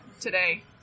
today